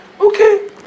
Okay